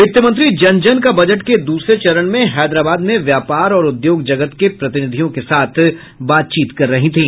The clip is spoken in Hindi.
वित्तमंत्री जन जन का बजट के दूसरे चरण में हैदराबाद में व्यापार और उद्योग जगत के प्रतिनिधियों के साथ बातचीत कर रहीं थीं